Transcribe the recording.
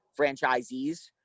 franchisees